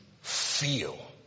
feel